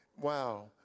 Wow